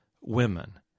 women